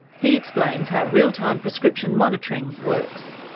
he explains how real time prescription monitoring works.